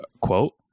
quote